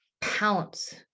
pounce